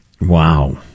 Wow